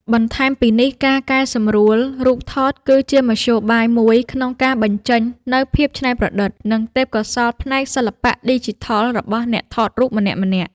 បន្ថែមពីនេះ ការកែសម្រួលរូបថតគឺជាមធ្យោបាយមួយក្នុងការបញ្ចេញនូវភាពច្នៃប្រឌិត និងទេពកោសល្យផ្នែកសិល្បៈឌីជីថលរបស់អ្នកថតរូបម្នាក់ៗ។